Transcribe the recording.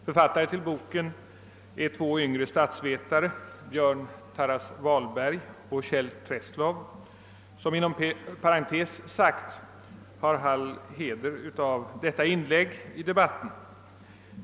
Författare till boken är två yngre statsvetare, Björn Tarras-Wahlberg och Kjell Treslow, som inom parentes sagt har all heder av detta inlägg i debatten.